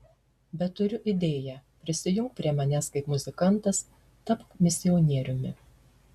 bet turiu idėją prisijunk prie manęs kaip muzikantas tapk misionieriumi